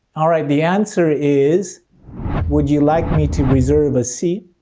alright, the answer is would you like me to reserve a seat?